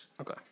Okay